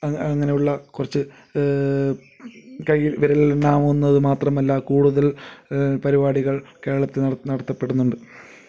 അങ്ങ അങ്ങനെയുള്ള കുറച്ച് കയ്യിൽ വിരലിൽ എണ്ണാവുന്നതും മാത്രമല്ല കൂടുതൽ പരിപാടികൾ കേരളത്തിൽ നടത്ത നടത്തപ്പെടുന്നുണ്ട്